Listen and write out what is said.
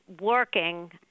working